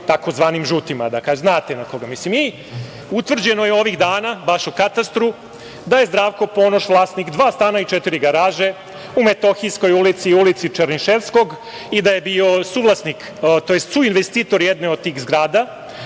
tzv. žutima. Znate na koga mislim. Utvrđeno je ovih dana, baš u katastru da je Zdravko Ponoš vlasnik dva stana i četiri garaže u Metohijskoj ulici i ulici Černiševskog i da je bio suvlasnik tj. suinvestitor jedne od tih zgrada